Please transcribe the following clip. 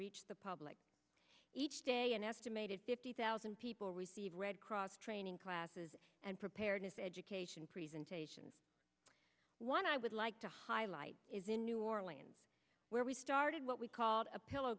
reach the public each day an estimated fifty thousand people receive red cross training classes and preparedness education presentations one i would like to highlight is in new orleans where we started what we called a